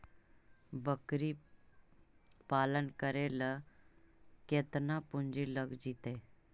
बकरी पालन करे ल केतना पुंजी लग जितै?